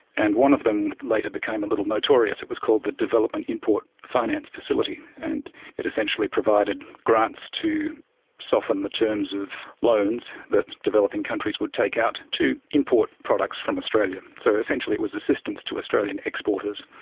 and one of them later became little notorious, it was called the development import finance facility, and it essentially provided grants to soften the terms of loans that developing countries would take out to import products from australia. so essentially it was assistance to australian exporters.